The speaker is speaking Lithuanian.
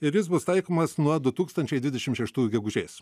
ir jis bus taikomas nuo du tūkstančiai dvidešim šeštųjų gegužės